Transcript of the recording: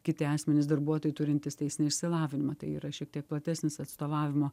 kiti asmenys darbuotojai turintys teisinį išsilavinimą tai yra šiek tiek platesnis atstovavimo